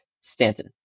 Stanton